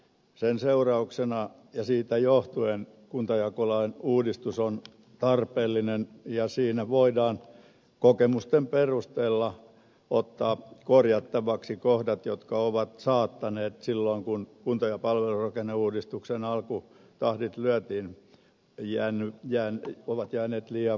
sen seurauksena ja siitä johtuen kuntajakolain uudistus on tarpeellinen ja siinä voidaan kokemusten perusteella ottaa korjattavaksi kohdat jotka ovat saattaneet silloin kun kunta ja palvelurakenneuudistuksen alkutahdit lyötiin jäädä liian vähälle